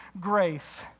grace